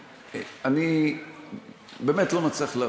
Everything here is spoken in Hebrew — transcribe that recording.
אני באמת לא מצליח להבין.